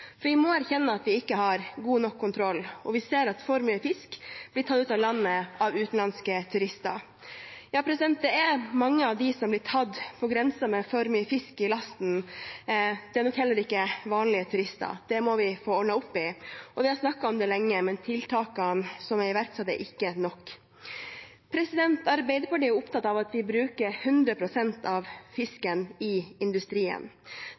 stoppes. Vi må erkjenne at vi ikke har god nok kontroll, og vi ser at for mye fisk blir tatt ut av landet av utenlandske turister. Mange av dem som blir tatt på grensen med for mye fisk i lasten, er nok heller ikke vanlige turister. Det må vi få ordnet opp i. Vi har snakket om det lenge, men tiltakene som er iverksatt, er ikke nok. Arbeiderpartiet er opptatt av at vi bruker 100 pst. av fisken i industrien.